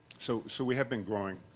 so so we have been growing.